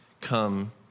come